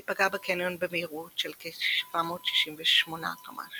היא פגעה בקניון במהירות של כ-768 קמ"ש.